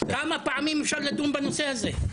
כמה פעמים אפשר לדון בנושא הזה?